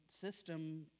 system